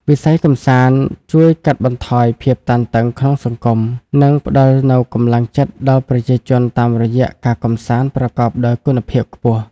វិស័យកម្សាន្តជួយកាត់បន្ថយភាពតានតឹងក្នុងសង្គម និងផ្ដល់នូវកម្លាំងចិត្តដល់ប្រជាជនតាមរយៈការកម្សាន្តប្រកបដោយគុណភាពខ្ពស់។